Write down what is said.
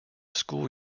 school